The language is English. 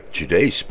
today's